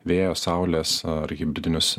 vėjo saulės ar hibridinius